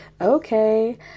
okay